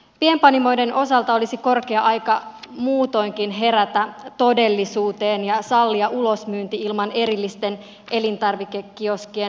pienpanimoiden osalta olisi korkea aika muutoinkin herätä todellisuuteen ja sallia ulosmyynti ilman erillisten elintarvikekioskien perustamispakkoa